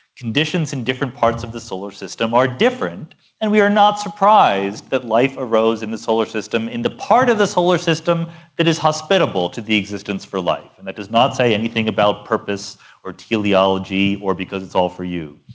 conditions in different parts of the solar system are different and we are not surprised that life arose in the solar system in the part of the solar system that is hospitable to the existence for life. and that does not say anything about purpose or teleology or because it's all for you,